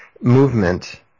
movement